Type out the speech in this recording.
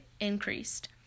increased